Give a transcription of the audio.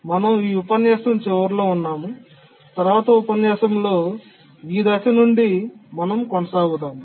మనం ఈ ఉపన్యాసం చివరలో ఉన్నాము తరువాతి ఉపన్యాసంలో ఈ దశ నుండి మనం కొనసాగుతాము